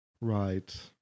Right